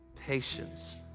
patience